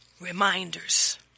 reminders